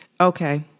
Okay